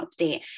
update